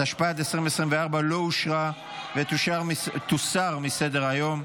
התשפ"ד 2024, לא אושרה, ותוסר מסדר-היום.